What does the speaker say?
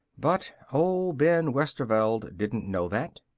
but old ben westerveld didn't know that.